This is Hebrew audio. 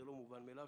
זה לא מובן מאליו.